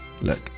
look